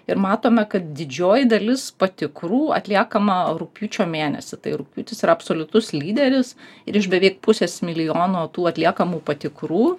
ir matome kad didžioji dalis patikrų atliekama rugpjūčio mėnesį tai rugpjūtis yra absoliutus lyderis ir iš beveik pusės milijono tų atliekamų patikrų